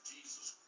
Jesus